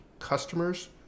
customers